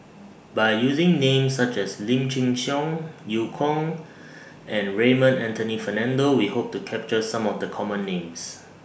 By using Names such as Lim Chin Siong EU Kong and Raymond Anthony Fernando We Hope to capture Some of The Common Names